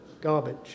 garbage